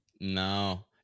No